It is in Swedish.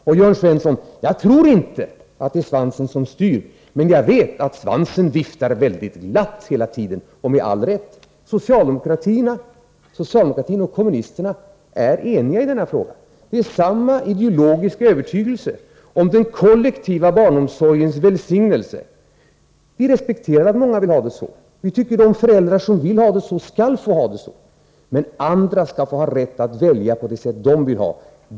Och, Jörn Svensson, jag tror inte det är svansen som styr, men jag vet att svansen viftar mycket glatt hela tiden — med all rätt, för socialdemokraterna och kommunisterna är eniga i denna fråga. Det är samma ideologiska övertygelse om den kollektiva barnomsorgens välsignelse. Vi respekterar att många vill ha det så och tycker att föräldrar som vill ha det så skall få det — men andra skall ha rätt att välja vad de vill ha.